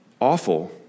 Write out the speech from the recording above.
awful